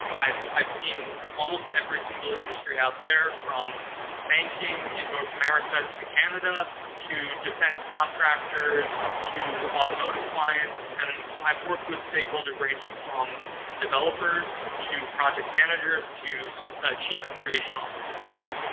i've i've seen almost every single industry out there, from banking in north america to canada to defense contractors to automotive clients, and i've worked with stakeholders ranging from developers to project managers to so chief information officers. so,